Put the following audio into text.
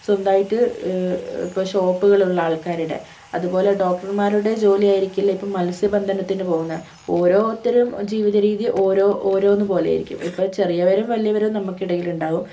സ്വന്തമായിട്ട് ഇപ്പോൾ ഷോപ്പുകൾ ഉള്ള ആൾക്കാരുടെ അതുപോലെ ഡോക്ടർമാരുടെ ജോലിയായിരിക്കില്ല ഇപ്പോൾ മത്സ്യബന്ധനത്തിന് പോകുന്ന ഓരോരുത്തരും ജീവിത രീതി ഓരോ ഓരോന്ന് പോലെയായിരിക്കും ഇപ്പോൾ ചെറിയവരും വലിയവരും നമുക്കിടയിൽ ഉണ്ടാകും